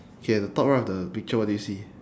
okay at the top right of the picture what do you see